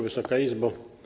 Wysoka Izbo!